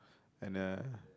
and uh